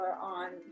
on